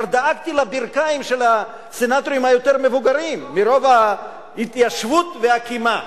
כבר דאגתי לברכיים של הסנטורים המבוגרים יותר מרוב ההתיישבות והקימה.